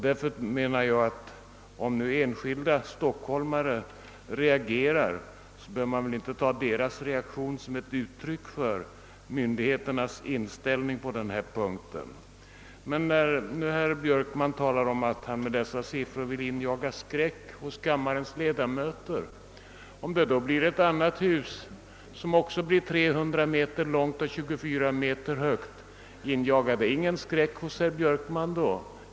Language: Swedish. Därför menar jag att man, om enskilda stockholmare reagerar, inte behöver ta deras reaktion som ett uttryck för myndigheternas inställning på denna punkt. Herr Björkman talade som sagt om att han med dessa siffror ville injaga skräck hos kammarens ledamöter. Om det då blir ett annat hus som också blir 300 meter långt och 24 meter högt, vill jag fråga herr Björkman, om inte också det injagar skräck hos honom.